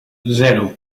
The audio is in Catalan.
zero